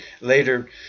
later